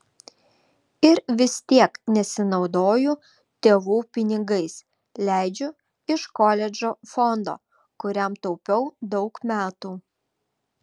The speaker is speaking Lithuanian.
ir vis tiek nesinaudoju tėvų pinigais leidžiu iš koledžo fondo kuriam taupiau daug metų